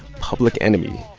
public enemy.